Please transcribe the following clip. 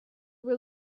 were